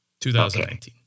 2019